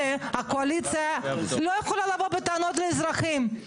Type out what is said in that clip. הקואליציה לא יכולה לבוא בטענות לאזרחים,